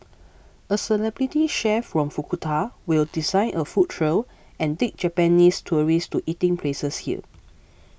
a celebrity chef from Fukuoka will design a food trail and take Japanese tourists to eating places here